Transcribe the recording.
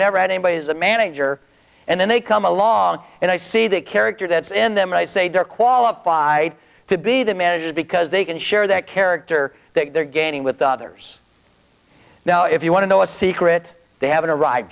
never had anybody as a manager and then they come along and i see the character that's in them and i say they're qualified to be the manager because they can share that character that they're gaining with others now if you want to know a secret they haven't arri